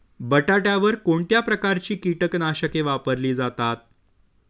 बटाट्यावर कोणत्या प्रकारची कीटकनाशके वापरली जातात?